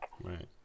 Right